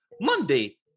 Monday